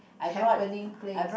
happening place